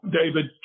David